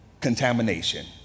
contamination